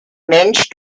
mensch